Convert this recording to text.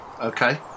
Okay